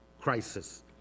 crisis